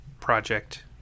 project